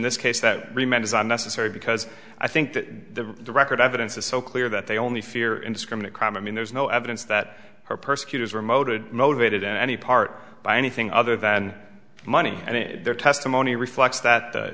this case that remained is unnecessary because i think that the record evidence is so clear that they only fear indiscriminate crime i mean there's no evidence that her persecutors remoted motivated any part by anything other than money and their testimony reflects that the